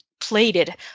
plated